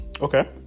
Okay